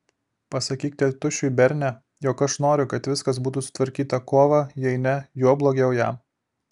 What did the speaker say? pasakyk tėtušiui berne jog aš noriu kad viskas būtų sutvarkyta kovą jei ne juo blogiau jam